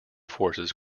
forces